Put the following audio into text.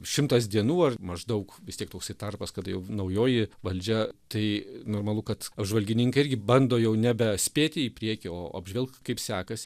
šimtas dienų ar maždaug vis tiek toksai tarpas kada jau naujoji valdžia tai normalu kad apžvalgininkai irgi bando jau nebespėti į priekį o apžvelkt kaip sekasi